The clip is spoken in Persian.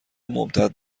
ممتد